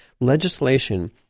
legislation